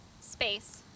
space